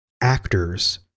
actors